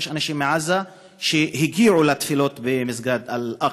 ואנשים מעזה שהגיעו לתפילות במסגד אל-אקצא,